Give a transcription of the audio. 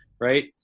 right